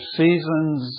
seasons